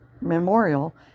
memorial